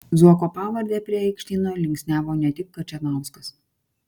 zuoko pavardę prie aikštyno linksniavo ne tik kačanauskas